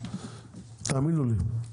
תאמינו לי,